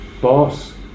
boss